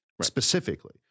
specifically